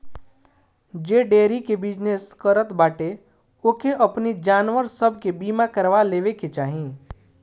जे डेयरी के बिजनेस करत बाटे ओके अपनी जानवर सब के बीमा करवा लेवे के चाही